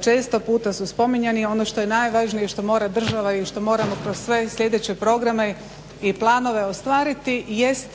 često puta su spominjani. Ono što je najvažnije, što mora država i što moramo kroz sve sljedeće programe i planove ostvariti jest